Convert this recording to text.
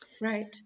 right